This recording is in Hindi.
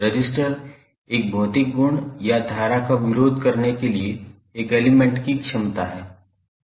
रजिस्टर एक भौतिक गुण या धारा का विरोध करने के लिए एक एलिमेंट की क्षमता है